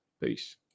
Peace